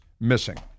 missing